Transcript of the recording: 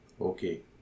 Okay